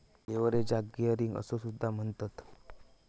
लीव्हरेजाक गियरिंग असो सुद्धा म्हणतत